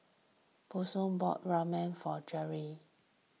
Bronson bought Ramen for Jeri